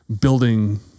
building